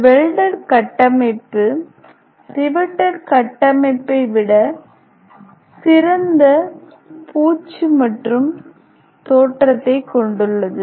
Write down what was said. ஒரு வெல்டட் கட்டமைப்பு ரிவேட்டேட் கட்டமைப்பை விட சிறந்த பூச்சு மற்றும் தோற்றத்தைக் கொண்டுள்ளது